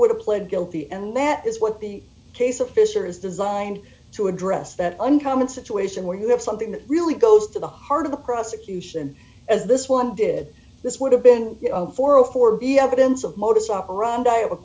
would have pled guilty and that is what the case of fisher is designed to address that uncommon situation where you have something that really goes to the heart of the prosecution as this one did this would have been for a for be evidence of modus operandi or